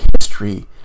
history